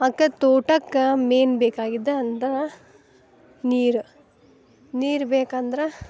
ಮತ್ತು ತೋಟಕ್ಕೆ ಮೇನ್ ಬೇಕಾಗಿದ್ದು ಅಂದ್ರೆ ನೀರು ನೀರು ಬೇಕಂದ್ರೆ